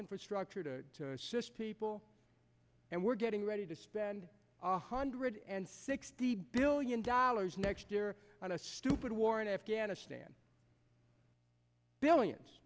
infrastructure to assist people and we're getting ready to spend a hundred and sixty billion dollars next year on a stupid war in afghanistan billions